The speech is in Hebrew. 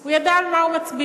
הוא ידע על מה הוא מצביע,